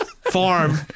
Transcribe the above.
farm